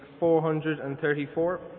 434